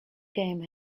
game